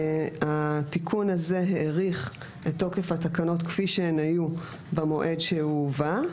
התיקון הזה האריך את תוקף התקנות כפי שהן היו במועד שהוא הובא,